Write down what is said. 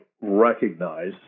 Recognize